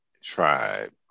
tribe